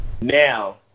Now